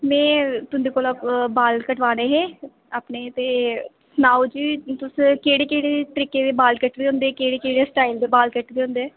में तुंदे कोला बाल कटवाने हे अपने ते सनाओ जी तुस केह्डे़ केह्डे़़ तरीके दे बाल कटदे हुंदे केह्ड़े केह्ड़े स्टाइल दे बाल कटदे हुंदे